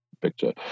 picture